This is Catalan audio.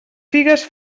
figues